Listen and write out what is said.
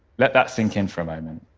let that sink in for a moment.